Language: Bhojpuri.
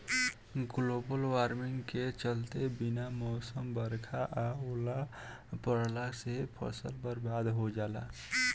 ग्लोबल वार्मिंग के चलते बिना मौसम बरखा आ ओला पड़ला से फसल बरबाद हो जाला